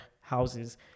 houses